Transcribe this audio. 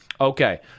Okay